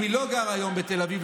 אם היא לא גרה היום בתל אביב,